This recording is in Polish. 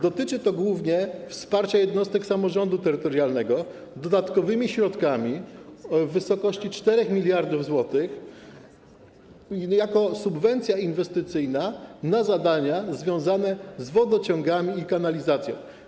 Dotyczy to głównie wsparcia jednostek samorządu terytorialnego dodatkowymi środkami w wysokości 4 mld zł, chodzi niejako o subwencję inwestycyjną na zadania związane z wodociągami i kanalizacją.